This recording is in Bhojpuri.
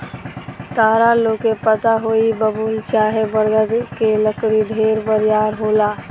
ताहरा लोग के पता होई की बबूल चाहे बरगद के लकड़ी ढेरे बरियार होला